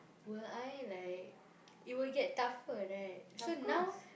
will I like it will get tougher right so now